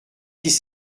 dix